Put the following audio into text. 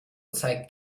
zeigt